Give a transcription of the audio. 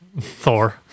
Thor